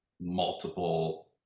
multiple